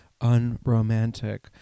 unromantic